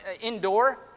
indoor